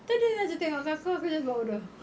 entah dia macam tengok aku aku just buat bodoh